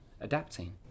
adapting